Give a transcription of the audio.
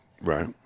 right